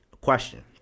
Question